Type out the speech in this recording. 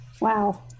Wow